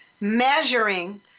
measuring